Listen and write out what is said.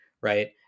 Right